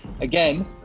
Again